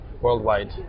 Worldwide